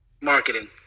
Marketing